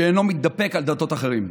שאינו מתדפק על דלתות אחרים.